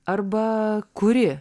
arba kuri